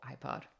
iPod